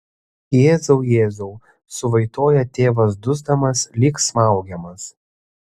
jėzau jėzau suvaitoja tėvas dusdamas lyg smaugiamas